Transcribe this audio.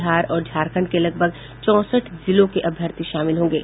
बिहार और झारखंड के लगभग चौसठ जिलों के अभ्यर्थी शामिल होंगे